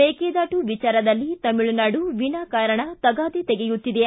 ಮೇಕೆದಾಟು ವಿಚಾರದಲ್ಲಿ ತಮಿಳುನಾಡು ವಿನಾಕಾರಣ ತಗಾದೆ ತೆಗೆಯುತ್ತಿದೆ